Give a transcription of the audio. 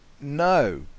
no